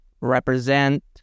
represent